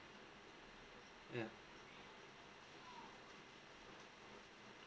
yeah